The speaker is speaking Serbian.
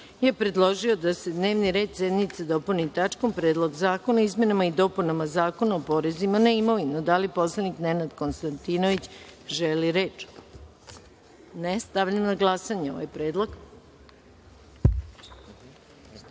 je predložio da se dnevni red sednice dopuni tačkom - Predlog zakona o izmenama i dopunama Zakona o porezima na imovinu. Da li poslanik Nenad Konstantinović želi reč? (Ne.)Stavljam na glasanje ovaj